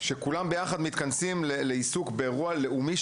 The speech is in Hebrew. שכולם ביחד מתכנסים על מנת לעסוק באירוע לאומי,